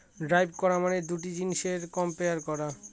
derive করা মানে দুটা জিনিসের কম্পেয়ার করা